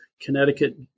Connecticut